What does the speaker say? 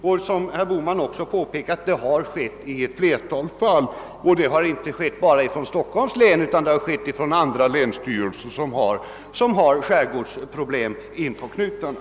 Som herr Bohman också har påpekat har det skett i ett flertal fall, och det har gjorts inte bara av länsstyrelsen i Stockholms län utan också av andra länsstyrelser som har skärgårdsproblem inpå knutarna.